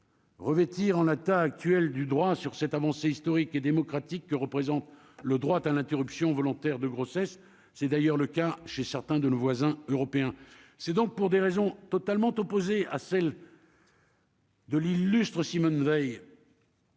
Revêtir en latin actuel du droit sur cette avancée historique et démocratique que représente le droit à l'interruption volontaire de grossesse, c'est d'ailleurs le cas chez certains de nos voisins européens, c'est donc pour des raisons totalement opposées à celles. De l'illustrent : Simone Veil.